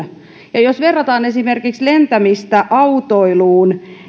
jos verrataan lentämistä esimerkiksi autoiluun